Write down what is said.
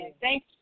Thank